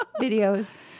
videos